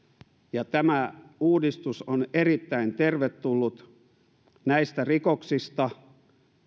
ja tämä uudistus on erittäin tervetullut näistä rikoksista